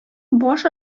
баш